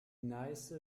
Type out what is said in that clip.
neiße